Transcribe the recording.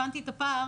הבנתי את הפער,